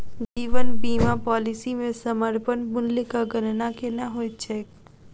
जीवन बीमा पॉलिसी मे समर्पण मूल्यक गणना केना होइत छैक?